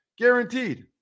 Guaranteed